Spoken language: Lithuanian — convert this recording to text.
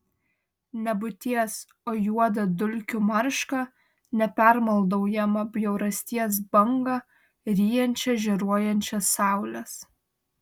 nebūties o juodą dulkių maršką nepermaldaujamą bjaurasties bangą ryjančią žėruojančias saules